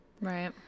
Right